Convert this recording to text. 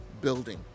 building